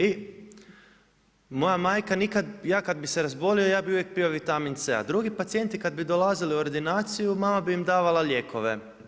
I moja majka nikad, ja kad bi se razbolio ja bi uvijek pio vitamin C, a drugi pacijenti kad bi dolazili u ordinaciju, mama bi im davala lijekove.